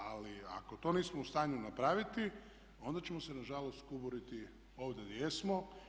Ali ako to nismo u stanju napraviti onda ćemo se na žalost kuburiti ovdje gdje jesmo.